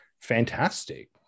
fantastic